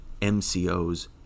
MCOs